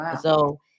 so-